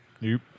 nope